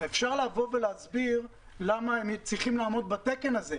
אפשר להסביר למה הם צריכים לעמוד בתקן הזה,